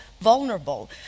vulnerable